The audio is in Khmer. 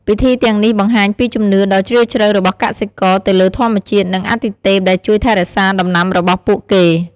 ពិធីទាំងនេះបង្ហាញពីជំនឿដ៏ជ្រាលជ្រៅរបស់កសិករទៅលើធម្មជាតិ និងអាទិទេពដែលជួយថែរក្សាដំណាំរបស់ពួកគេ។